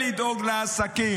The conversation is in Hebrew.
לצ'ייני.